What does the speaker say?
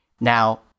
Now